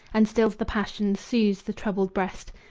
and stills the passions, soothes the troubled breast,